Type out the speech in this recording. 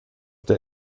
der